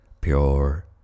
Pure